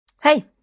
Hey